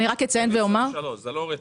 זה לא רטרואקטיבית,